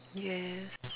yes